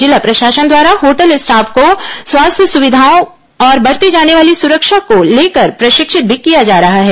जिला प्रशासन द्वारा होटल स्टाफ को स्वास्थ्य सुविधाओं और बरती जाने वाली सुरक्षा को लेकर प्रशिक्षित भी किया जा रहा है